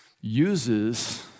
uses